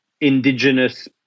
indigenous